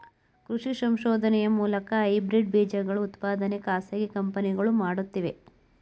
ಕೃಷಿ ಸಂಶೋಧನೆಯ ಮೂಲಕ ಹೈಬ್ರಿಡ್ ಬೀಜಗಳ ಉತ್ಪಾದನೆ ಖಾಸಗಿ ಕಂಪನಿಗಳು ಮಾಡುತ್ತಿವೆ